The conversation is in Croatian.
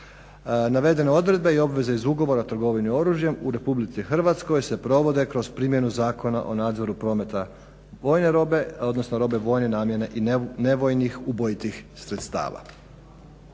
Navedene odredbe i obveze iz ugovora o trgovini oružjem u Republici Hrvatskoj se provode kroz primjenu Zakona o nadzoru prometa vojne robe, odnosno robe vojne namjene i nevojnih ubojitih sredstava.